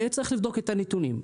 צריך לבדוק את הנתונים.